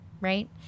right